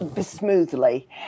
smoothly